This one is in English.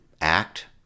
act